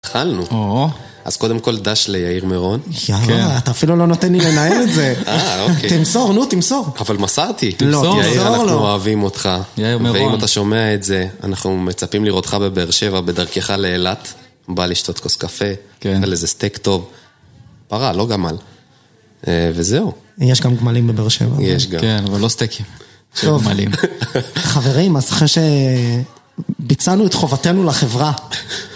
התחלנו, אוהו ,אז קודם כל ד"ש ליאיר מירון יאא, אתה אפילו לא נותן לי לנהל את זה אה אוקיי תמסור, נו תמסור אבל מסרתי לא תמסור, תמסור יאיר אנחנו אוהבים אותך יאיר מירון ואם אתה שומע את זה, אנחנו מצפים לראות אתך בבאר שבע בדרכך לאילת, בא לשתות כוס קפה ,כן ,על איזה סטייק טוב, פרה, לא גמל. וזהו. יש גם גמלים בבאר שבע יש גם כן, אבל לא סטייקים טוב חברים, אז אחרי שביצענו את חובתנו לחברה